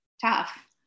tough